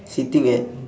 sitting at